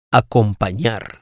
acompañar